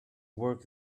work